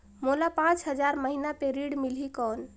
मोला पांच हजार महीना पे ऋण मिलही कौन?